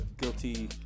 guilty